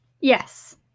Yes